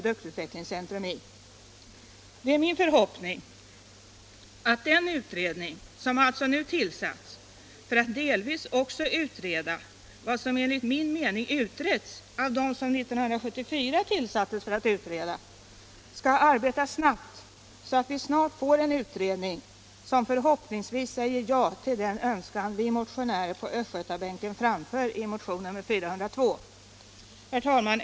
Det är min förhoppning att den utredning som alltså nu tillsatts för att delvis också utreda vad som enligt min mening utretts av den grupp som under 1974 tillsattes för att utreda skall arbeta snabbt så att vi får en utredning som förhoppningsvis snart säger ja till den önskan vi motionärer på östgötabänken framfört i motionen 402. Herr talman!